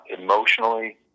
emotionally